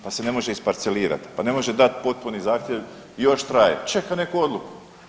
Pa se ne može isparcelirati, pa ne može dati potpuni zahtjev, još traje, čeka neku odluku.